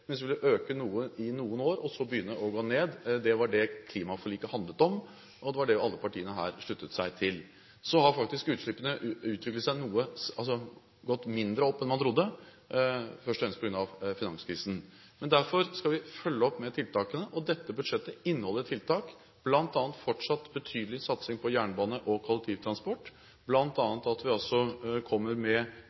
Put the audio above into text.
ville øke noe i noen år og så begynne å gå ned. Det var det klimaforliket handlet om, og det var det alle partiene her sluttet seg til. Så har faktisk utslippene gått mindre opp enn man trodde, først og fremst på grunn av finanskrisen. Derfor skal vi følge opp med tiltak, og dette budsjettet inneholder tiltak, bl.a. fortsatt betydelig satsing på jernbane og kollektivtransport. Vi kommer også med